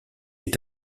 est